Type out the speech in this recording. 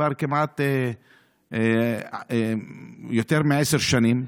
כבר כמעט יותר מעשר שנים,